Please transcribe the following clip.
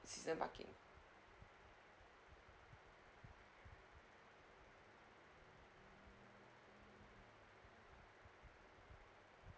season parking